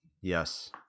yes